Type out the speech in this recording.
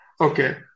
Okay